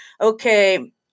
okay